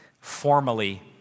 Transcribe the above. formally